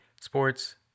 sports